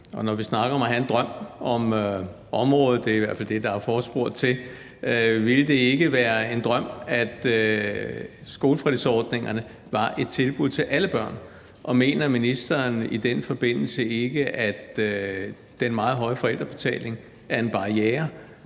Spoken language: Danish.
det, der er forespurgt om – ville det ikke være en drøm, at skolefritidsordningerne var et tilbud til alle børn? Og mener ministeren i den forbindelse ikke, at den meget høje forældrebetaling er en barriere?